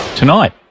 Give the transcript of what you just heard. Tonight